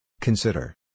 Consider